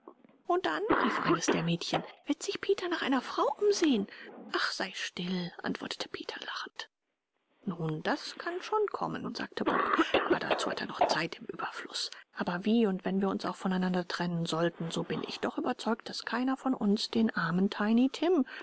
und dann rief eins der mädchen wird sich peter nach einer frau umsehen ach sei still antwortete peter lachend nun das kann schon kommen sagte bob aber dazu hat er noch zeit im ueberfluß aber wie und wenn wir uns auch voneinander trennen sollten so bin ich doch überzeugt daß keiner von uns den armen tiny tim